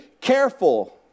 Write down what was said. careful